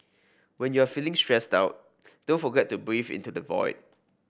when you are feeling stressed out don't forget to breathe into the void